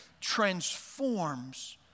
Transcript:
transforms